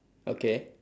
okay